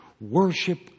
Worship